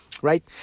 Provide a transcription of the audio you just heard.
Right